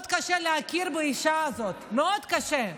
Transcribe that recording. מאוד קשה להכיר באישה הזאת, מאוד קשה.